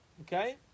Okay